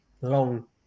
long